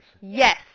Yes